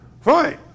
fine